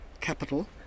capital